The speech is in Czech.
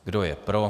Kdo je pro?